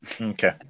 Okay